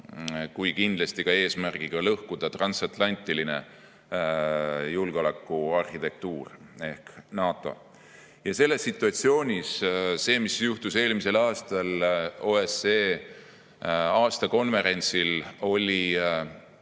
kui ka eesmärgiga lõhkuda transatlantiline julgeolekuarhitektuur ehk NATO. Selles situatsioonis see, mis juhtus eelmisel aastal OSCE aastakonverentsil, oli